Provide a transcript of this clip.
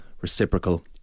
reciprocal